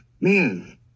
man